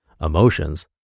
emotions